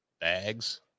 bags